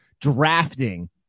drafting